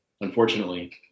unfortunately